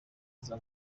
aza